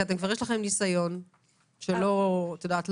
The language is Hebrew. כי כבר יש לכם ניסיון שלא לשמחתנו.